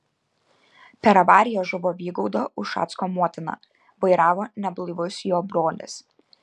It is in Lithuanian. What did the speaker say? per avariją žuvo vygaudo ušacko motina vairavo neblaivus jo brolis